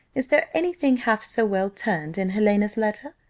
is there any thing half so well turned in helena's letter?